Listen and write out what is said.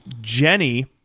Jenny